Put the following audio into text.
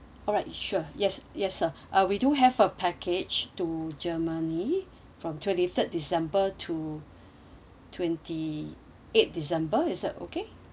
alright sure yes yes sir uh we do have a package to germany from twenty third december to twenty eight december is that okay